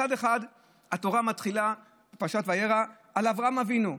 מצד אחד התורה מתחילה, פרשת וירא, על אברהם אבינו.